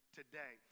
today